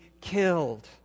killed